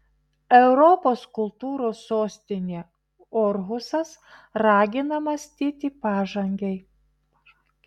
europos kultūros sostinė orhusas ragina mąstyti pažangiai